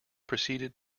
proceeded